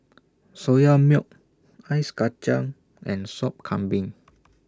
Soya Milk Ice Kachang and Sop Kambing